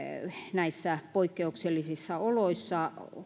näissä poikkeuksellisissa oloissa